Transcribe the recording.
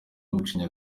gucinya